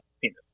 penis